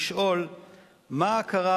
לשאול מה קרה,